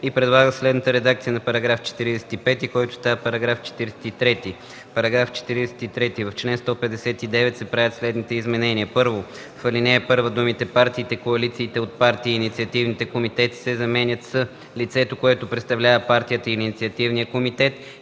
и предлага следната редакция на § 45, който става § 43: „§ 43. В чл. 159 се правят следните изменения: 1. В ал. 1 думите „партиите, коалициите от партии и инициативните комитети” се заменят с „лицето, което представлява партията или инициативния комитет,